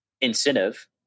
incentive